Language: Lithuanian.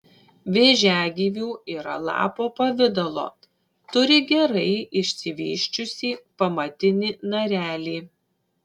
vėžiagyvių yra lapo pavidalo turi gerai išsivysčiusį pamatinį narelį